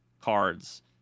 cards